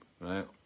right